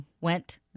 Went